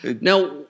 Now